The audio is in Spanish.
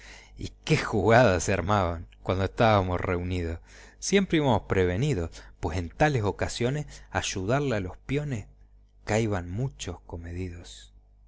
y qué jugadas se armaban cuando estábamos riunidos siempre íbamos prevenidos pues en tales ocasiones a ayudarle a los piones caiban muchos comedidos